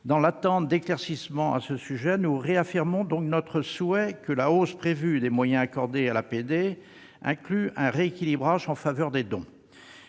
Dans l'attente d'éclaircissements à ce sujet, nous réaffirmons notre souhait que la hausse prévue des moyens accordés à l'APD inclue un rééquilibrage en faveur des dons.